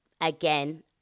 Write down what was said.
again